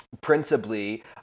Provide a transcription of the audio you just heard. principally